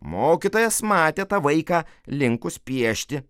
mokytojas matė tą vaiką linkus piešti